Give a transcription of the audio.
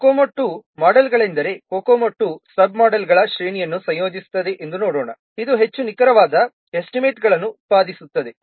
COCOMO II ಮೋಡೆಲ್ಗಳೆಂದರೆ COCOMO II sub ಮೋಡೆಲ್sub-modelಗಳ ಶ್ರೇಣಿಯನ್ನು ಸಂಯೋಜಿಸುತ್ತದೆ ಎಂದು ನೋಡೋಣ ಇದು ಹೆಚ್ಚು ನಿಖರವಾದ ಎಸ್ಟಿಮೇಟ್ಗಳನ್ನು ಉತ್ಪಾದಿಸುತ್ತದೆ